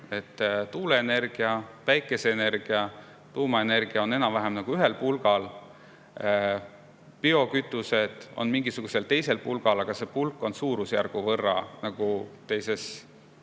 Tuuleenergia, päikeseenergia ja tuumaenergia on enam-vähem ühel pulgal. Biokütused on mingisugusel teisel pulgal, mis on juba suurusjärgu võrra teises